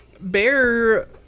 Bear